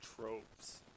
tropes